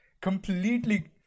Completely